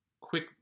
quick